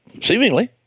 seemingly